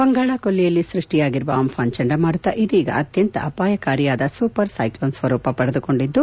ಬಂಗಾಳಕೊಲ್ಲಿಯಲ್ಲಿ ಸೃಷ್ಷಿಯಾಗಿರುವ ಆಂಫಾನ್ ಚಂಡಮಾರುತ ಇದೀಗ ಅತ್ಯಂತ ಅಪಾಯಕಾರಿಯಾದ ಸೂಪರ್ ಸೈಕ್ಲೋನ್ ಸ್ವರೂಪ ಪಡೆದುಕೊಂಡಿದ್ದು